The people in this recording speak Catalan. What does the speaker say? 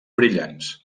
brillants